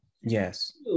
Yes